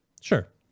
Sure